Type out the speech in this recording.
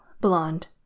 blonde